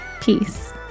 Peace